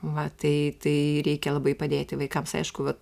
va tai tai reikia labai padėti vaikams aišku vat